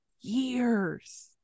years